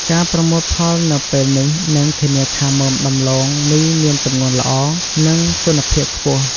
ការប្រមូលផលនៅពេលនេះនឹងធានាថាមើមដំឡូងមីមានទម្ងន់ល្អ និងគុណភាពខ្ពស់។